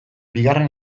bigarren